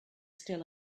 still